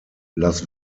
las